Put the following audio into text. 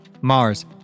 Mars